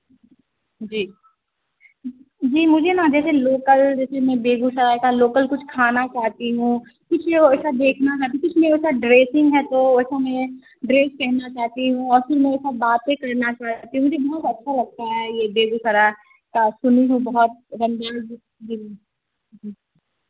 जी जी मुझे ना जैसे लोकल जैसे मैं बेगूसराय का लोकल कुछ खाना चाहती हूँ कुछ जो ऐसा देखना चाहती कुछ नहीं वेसा ड्रेसिंग है तो ऐसा मैं ड्रेस पहनना चाहती हूँ और फिर मैं यह सब बातें करना चाहती हूँ मुझे बहुत अच्छा लगता है यह बेगूसराय का सुनी हूँ बहुत